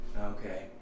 Okay